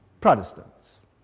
Protestants